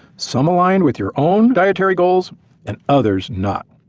some aligned with your own dietary goals and others not.